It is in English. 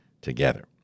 together